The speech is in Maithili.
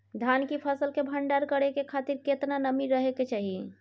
धान की फसल के भंडार करै के खातिर केतना नमी रहै के चाही?